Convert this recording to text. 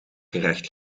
gerecht